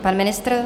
Pan ministr?